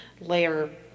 layer